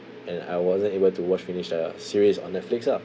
and I wasn't able to watch finish the series on Netflix lah